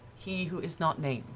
he who is not named.